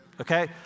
okay